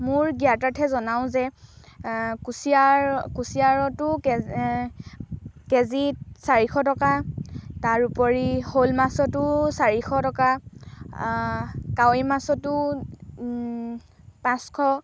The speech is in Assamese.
মোৰ জ্ঞাতাৰ্থে জনাওঁ যে কুচিয়াৰ কুচিয়াতো কে কেজিত চাৰিশ টকা তাৰ উপৰি শ'ল মাছতো চাৰিশ টকা কাৱৈ মাছতো পাঁচশ